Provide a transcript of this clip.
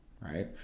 right